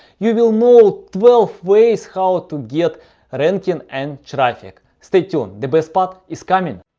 you will know twelve ways how to get ranking and traffic. stay tuned. the best part is coming!